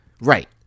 Right